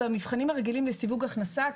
אלה המבחנים הרגילים לסיווג הכנסה,